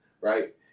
right